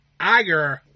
Iger